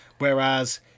Whereas